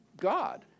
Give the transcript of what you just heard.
God